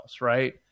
Right